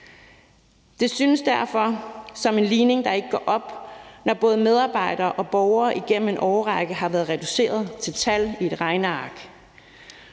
Det synes derfor som en ligning, der ikke går op, når både medarbejdere og borgere igennem en årrække har været reduceret til tal i et regneark.